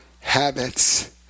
habits